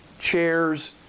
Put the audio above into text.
chairs